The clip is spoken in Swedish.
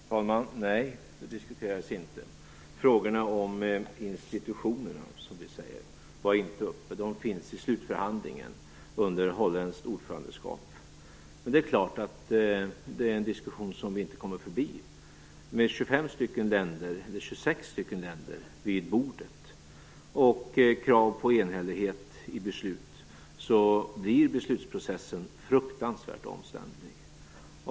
Fru talman! Nej, det diskuterades inte. Frågorna om institutionerna, som vi säger, var inte uppe. De finns med i slutförhandlingen under holländskt ordförandeskap. Men det är klart att detta är en diskussion som vi inte kommer förbi. Med 26 länder vid bordet och krav på enhällighet i beslut blir beslutsprocessen fruktansvärt omständlig.